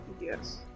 Yes